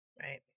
right